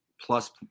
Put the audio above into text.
plus